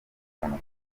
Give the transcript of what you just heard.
ukundwa